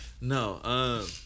no